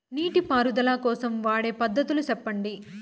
నీటి పారుదల కోసం వాడే పద్ధతులు సెప్పండి?